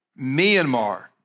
Myanmar